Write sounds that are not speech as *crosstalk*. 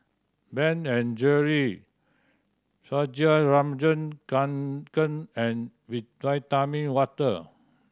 Ben and Jerry Fjallraven Kanken and *unintelligible* Water